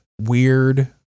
weird